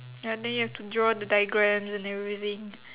ya then you have to draw the diagrams and everything